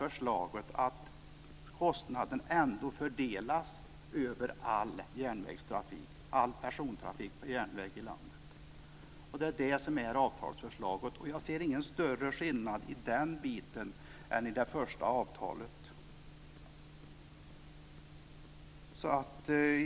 Förslaget är att kostnaden ändå fördelas över all järnvägstrafik, all persontrafik på järnväg i landet. Det är avtalsförslaget. Jag ser ingen större skillnad i den delen mot det första avtalet.